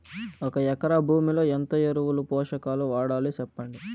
ఒక ఎకరా భూమిలో ఎంత ఎరువులు, పోషకాలు వాడాలి సెప్పండి?